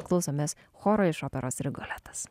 klausomės choro iš operos rigoletas